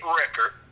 record